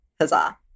Huzzah